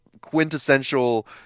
quintessential